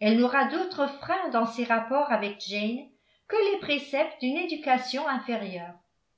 elle n'aura d'autre frein dans ses rapports avec jane que les préceptes d'une éducation inférieure